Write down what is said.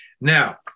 now